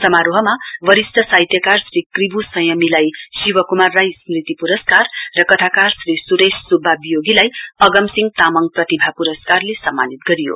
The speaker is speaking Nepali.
समारोहमा वरिस्ट साहित्यकार श्री कृबु संयमीलाई शिव कुमार राई स्मृति पुरस्कार र कथाकार श्री सुरेश सुब्बा बियोगीलाई अगमसिहं तामङ प्रतिभा पुरस्कारले सम्मानित गरियो